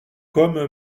comme